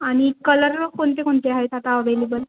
आणि कलर कोणते कोणते आहेत आता अवेलेबल